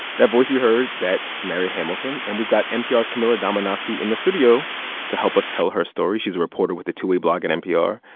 that voice you heard, that's mary hamilton. and we've got npr's camila domonoske in the studio to help us tell her story. she's a reporter with the two-way blog at npr,